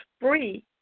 free